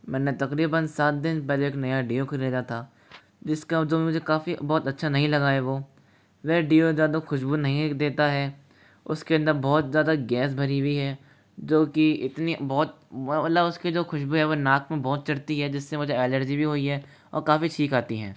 मैंने तकरीबन सात दिन पहले एक नया डीओ ख़रीदा था जिसका जो मुझे काफ़ी बहुत अच्छा नहीं लगा है वो वह डीओ ज़्यादा खुशबू नहीं देता है उसके अंदर बहुत ज़्यादा गैस भरी हुई है जो कि इतनी बहुत मतलब उसकी जो खुशबू है वह नाक में बहुत चढ़ती है जिससे मुझे एलर्जी भी हुई है और काफ़ी छींक आती हैं